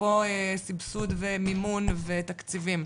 אפרופו סיבסוד, מימון ותקציבים.